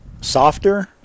softer